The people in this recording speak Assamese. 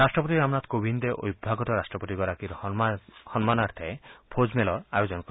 ৰাট্টপতি ৰামনাথ কোবিন্দে অভ্যাগত ৰাট্টপতিগৰাকীৰ সন্মানাৰ্থে ভোজমেলৰ আয়োজন কৰিব